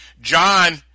John